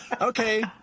Okay